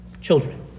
children